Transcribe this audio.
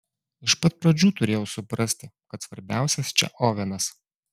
iš pat pradžių turėjau suprasti kad svarbiausias čia ovenas